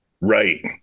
Right